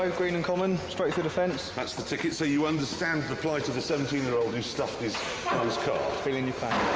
ah greenham common, straight through the fence. that's the. so you understand the plight of the seventeen year old who has stuffed his mom's car? feeling your